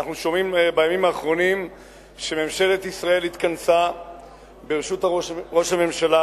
אנחנו שומעים בימים האחרונים שממשלת ישראל התכנסה בראשות ראש הממשלה,